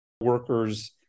Workers